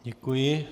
Děkuji.